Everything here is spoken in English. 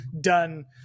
done